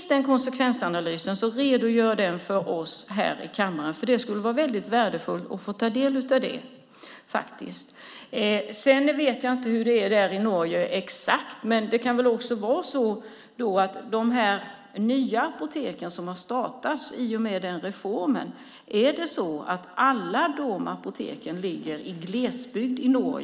Om den konsekvensanalysen finns - redogör för den för oss här i kammaren! Det skulle vara värdefullt att få ta del av den. Jag vet inte exakt hur det är i Norge. Men ligger verkligen alla de nya apotek som har startats i och med reformen i glesbygd?